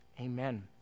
Amen